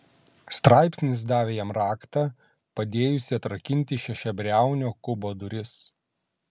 straipsnis davė jam raktą padėjusį atrakinti šešiabriaunio kubo duris